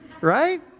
Right